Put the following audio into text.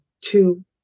two